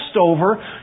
over